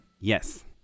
Yes